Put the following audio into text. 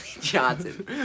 johnson